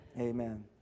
Amen